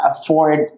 afford